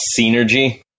Synergy